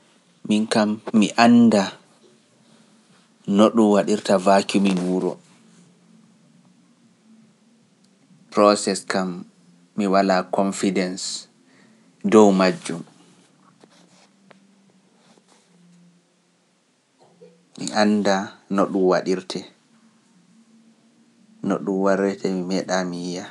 Min kam, mi annda no ɗum waɗirta VACUUMINmin wuro, proses kam mi walaa konfidens dow majjum. Mi annda no ɗum waɗirte, no ɗum warrete mi meeɗa, mi yiya.